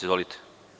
Izvolite.